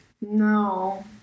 No